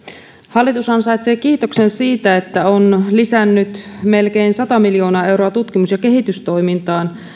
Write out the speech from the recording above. hallitus ansaitsee kiitoksen siitä että on lisännyt melkein sata miljoonaa euroa tutkimus ja kehitystoimintaan